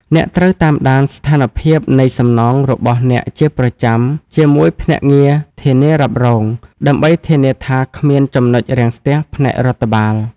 អ្នកត្រូវតាមដាន ស្ថានភាពនៃសំណង របស់អ្នកជាប្រចាំជាមួយភ្នាក់ងារធានារ៉ាប់រង ដើម្បីធានាថាគ្មាន ចំណុចរាំងស្ទះ ផ្នែករដ្ឋបាល។